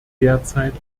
derzeit